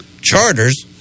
charters